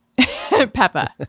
Peppa